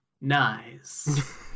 Nice